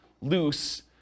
loose